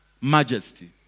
majesty